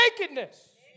nakedness